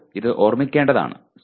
ഇപ്പോൾ ഇത് ഓർമ്മിക്കേണ്ടതാണ്